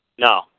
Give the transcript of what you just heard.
No